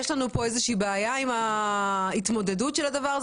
יש לנו כאן בעיה עם ההתמודדות בדבר הזה.